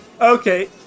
Okay